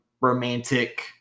romantic